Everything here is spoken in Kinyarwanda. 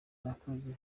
nakoze